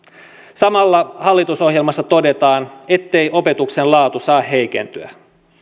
samalla hallitusohjelmassa todetaan ettei opetuksen laatu saa heikentyä